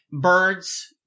birds